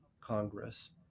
Congress